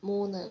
മൂന്ന്